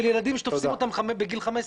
של ילדים שתופסים אותם בגיל חמש עשרה.